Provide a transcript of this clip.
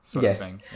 Yes